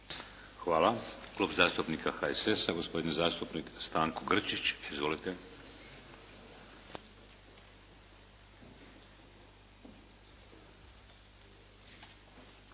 Hvala. Klub zastupnika HSS-a, gospodin zastupnik Stanko Grčić. Izvolite.